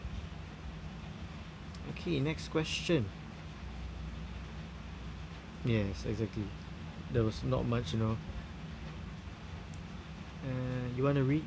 okay next question yes exactly there was not much you know uh you wanna read